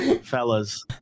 fellas